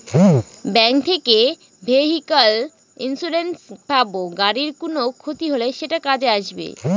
bank থেকে vehicle insurance পাব গাড়ির কোনো ক্ষতি হলে সেটা কাজে আসবে